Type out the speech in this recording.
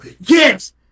yes